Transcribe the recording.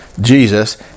Jesus